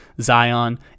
Zion